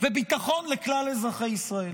-- וביטחון לכלל אזרחי ישראל.